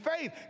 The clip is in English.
faith